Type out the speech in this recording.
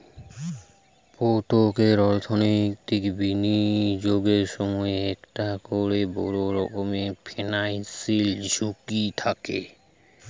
পোত্তেক অর্থনৈতিক বিনিয়োগের সময়ই একটা কোরে বড় রকমের ফিনান্সিয়াল ঝুঁকি থাকে